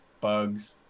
bugs